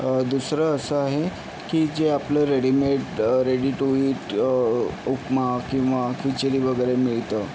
दुसरं असं आहे की जे आपलं readymade ready to eat upma किंवा खिचडी वगैरे मिळतं